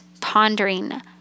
pondering